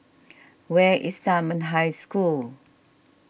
where is Dunman High School